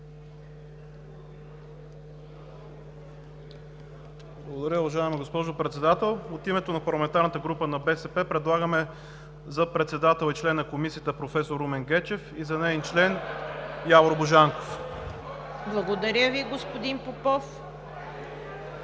Благодаря, господин Ципов.